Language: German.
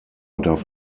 darf